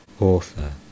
Author